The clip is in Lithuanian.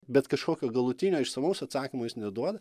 bet kažkokio galutinio išsamaus atsakymo jis neduoda